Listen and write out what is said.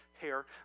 hair